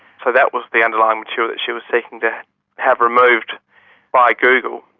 so that was the underlying material that she was seeking to have removed by google.